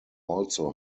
also